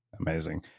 Amazing